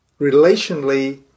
relationally